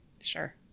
Sure